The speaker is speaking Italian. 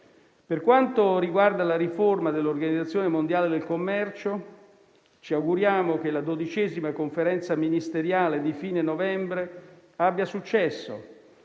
Per quanto riguarda la riforma dell'Organizzazione mondiale del commercio, ci auguriamo che la dodicesima conferenza ministeriale di fine novembre abbia successo